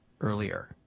earlier